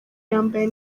yambaye